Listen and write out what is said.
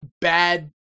bad